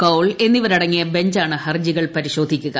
കൌൾ എന്നിവരടങ്ങിയ ബഞ്ചാണ് ഹർജികൾ പരിശോധിക്കുക